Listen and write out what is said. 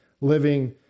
living